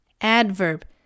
Adverb